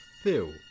Phil